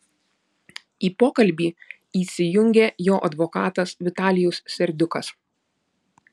į pokalbį įsijungė jo advokatas vitalijus serdiukas